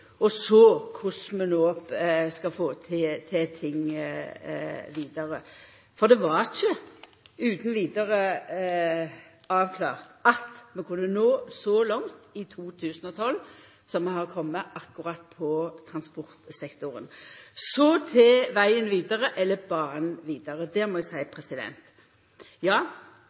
og så korleis vi no skal få til vegen vidare. For det var ikkje utan vidare avklart at vi kunne nå så langt i 2012 som vi har kome akkurat på transportsektoren. Så til vegen vidare – eller banen vidare, må eg seia. Ja,